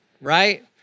right